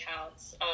accounts